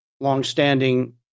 longstanding